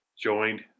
joined